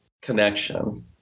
Connection